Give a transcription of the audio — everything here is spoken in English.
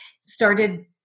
started